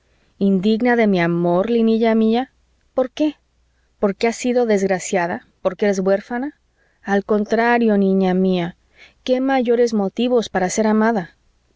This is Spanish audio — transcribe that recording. indigna de mi amor linilla mía por qué porque has sido desgraciada porque eres huérfana al contrario niña mía qué mayores motivos para ser amada